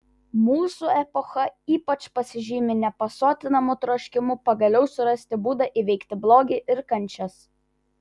mūsų epocha ypač pasižymi nepasotinamu troškimu pagaliau surasti būdą įveikti blogį ir kančias